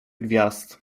gwiazd